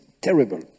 terrible